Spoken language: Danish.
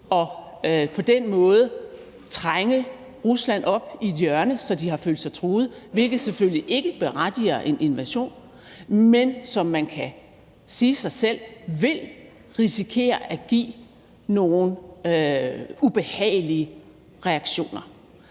og på den måde trænge Rusland op i et hjørne, så de har følt sig truet – hvilket selvfølgelig ikke berettiger en invasion, men som man kan sige sig selv vil risikere at give nogle ubehagelige reaktioner.